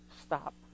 stop